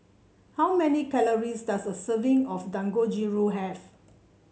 how many calories does a serving of Dangojiru have